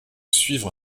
suivre